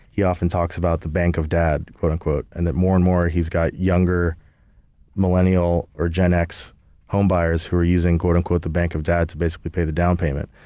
he often talks about the bank of dad, quote unquote. and that more and more he's got younger millennial or gen x home buyers who are using quote unquote the bank of dad to basically pay the down payment.